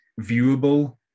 viewable